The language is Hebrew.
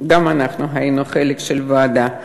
גם אנחנו היינו חלק מהוועדה.